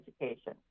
education